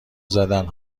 زدن